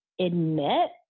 admit